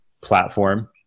platform